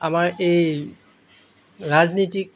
আমাৰ এই ৰাজনীতিক